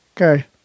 Okay